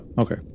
okay